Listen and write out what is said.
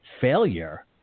failure